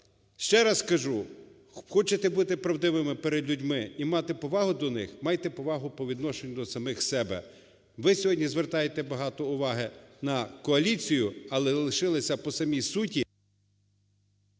Ще раз кажу: хочете бути правдивими перед людьми і мати повагу до них – майже повагу по відношенню до самих себе. Ви сьогодні звертаєте багато уваги на коаліцію, але лишилися по самій суті…